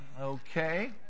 okay